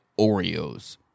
Oreos